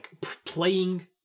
playing